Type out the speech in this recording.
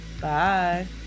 bye